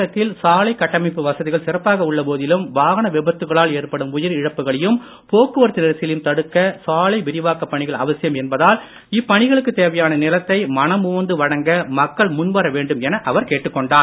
தமிழகத்தில் சாலை கட்டமைப்பு வசதிகள் சிறப்பாக உள்ள போதிலும் வாகன விபத்துகளால் ஏற்படும் உயிர் இழப்புகளையும் போக்குவரத்து நெரிசலையும் தடுக்க சாலை விரிவாக்கப் பணிகள் அவசியம் என்பதால் இப்பணிகளுக்கு தேவையான நிலத்தை மனமுவந்து வழங்க மக்கள் முன்வர வேண்டும் என அவர் கேட்டுக் கொண்டார்